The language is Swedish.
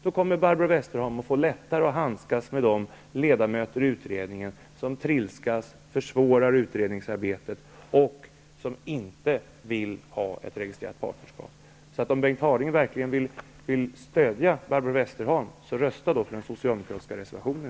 Då kommer Barbro Westerholm att få lättare att handskas med de ledamöter i utredningen som trilskas, försvårar utredningsarbetet och inte vill ha ett registrerat partnerskap. Om Bengt Harding Olson verkligen vill stödja Barbro Westerholm skall han i dag rösta på den socialdemokratiska reservationen.